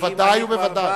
בוודאי ובוודאי.